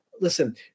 Listen